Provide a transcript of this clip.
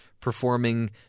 performing